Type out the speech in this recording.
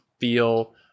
feel